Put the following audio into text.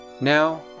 Now